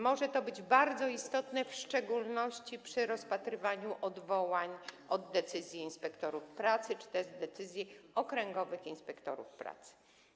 Może to być bardzo istotne w szczególności przy rozpatrywaniu odwołań od decyzji inspektorów pracy czy też decyzji okręgowych inspektorów pracy.